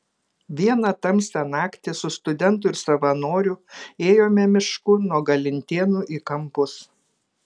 vieną tamsią naktį su studentu ir savanoriu ėjome mišku nuo galintėnų į kampus